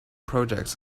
projects